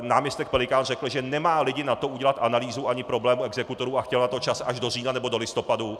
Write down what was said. Náměstek Pelikán řekl, že nemá lidi na to udělat analýzu ani problém exekutorů a chtěl na to čas až do října nebo do listopadu.